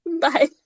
Bye